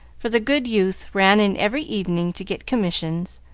for the good youth ran in every evening to get commissions,